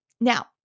Now